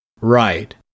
Right